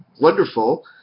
wonderful